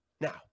Now